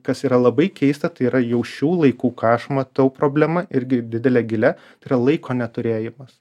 kas yra labai keista tai yra jau šių laikų ką aš matau problemą irgi didelę gilią tai yra laiko neturėjimas